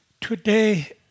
Today